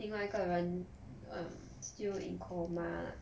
另外一个人 um 就 in coma lah